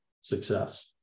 success